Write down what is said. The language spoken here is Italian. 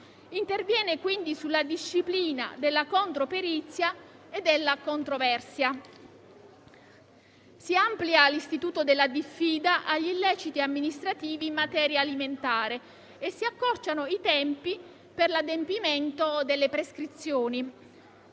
interviene, quindi, sulla disciplina della controperizia e della controversia. Si amplia l'istituto della diffida agli illeciti amministrativi in materia alimentare e si accorciano i tempi per l'adempimento delle prescrizioni.